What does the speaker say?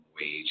wage